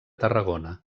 tarragona